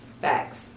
Facts